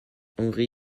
henri